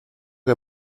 que